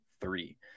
three